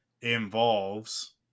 involves